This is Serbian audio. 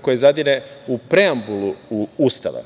koja zadire u preambulu Ustava.